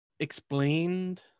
Explained